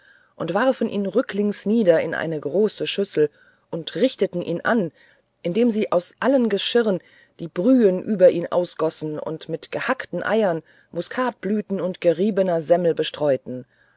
und warfen ihn rücklings nieder in eine große schüssel und richteten ihn an indem sie aus allen geschirren die brühen über ihn ausgossen und ihn mit gehackten eiern muskatenblüten und geriebener semmel bestreuten